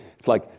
it's like,